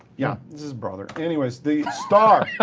yeah it's his brother. anyways, the star.